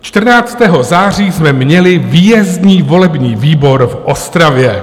Čtrnáctého září jsme měli výjezdní volební výbor v Ostravě.